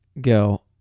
go